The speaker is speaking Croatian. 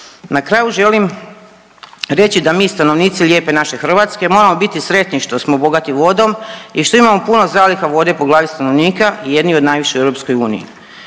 Na kraju želim reći da mi stanovnici lijepe naše Hrvatske moramo biti sretni što smo bogati vodom i što imamo puno zaliha vode po glavi stanovnika i jedni od najviše u EU.